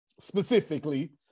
specifically